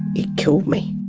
it killed me.